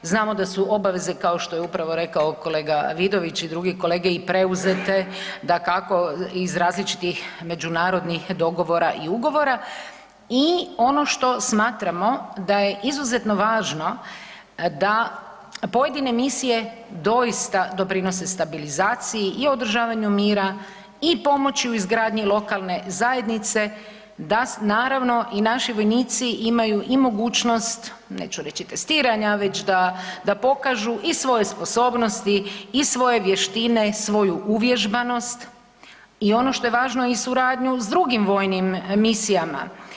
Znamo da su obaveze kao što je upravo rekao kolega Vidović i druge kolege i preuzete iz različitih međunarodnih dogovora i ugovora i ono što smatramo da je izuzetno važno da pojedine misije doista doprinose stabilizaciji i održavanju mira i pomoću u izgradnje lokalne zajednice da naravno i naši vojnici imaju mogućnost, neću reći testiranja, već da pokažu i svoje sposobnosti i svoje vještine, svoju uvježbanost i ono što je važno suradnju s drugim vojnim misijama.